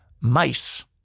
mice